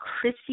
Chrissy